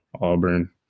Auburn